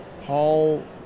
Paul